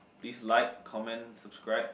please like comment subscribe